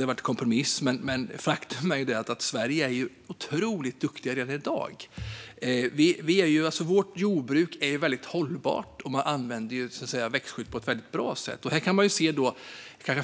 är en kompromiss. Men faktum är att Sverige är otroligt duktigt redan i dag. Vårt jordbruk är hållbart, och växtskydd används på ett bra sätt.